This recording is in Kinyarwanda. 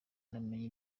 namenye